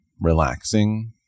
relaxing